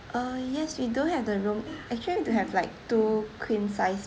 uh yes we do have the room actually we have like two queen size